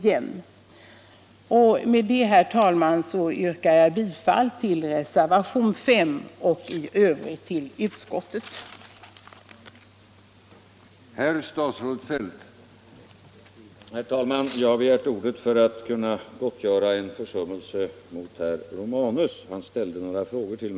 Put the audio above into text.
Med detta, herr talman, ber jag att få yrka bifall till reservationen 5 och i övrigt till utskottets hemställan.